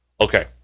Okay